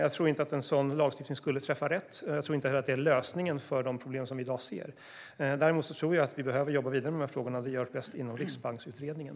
Jag tror inte att en sådan lagstiftning skulle träffa rätt, och jag tror inte heller att det är lösningen på de problem vi ser i dag. Däremot tror jag att vi behöver jobba vidare med dessa frågor, och det görs bäst inom Riksbankskommittén.